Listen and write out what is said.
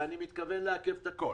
ואני מתכוון לעכב את הכול,